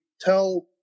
tell